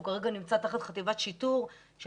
הוא כרגע נמצא תחת חטיבת שיטור שאנחנו